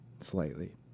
slightly